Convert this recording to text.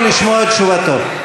או לשמוע את תשובתו?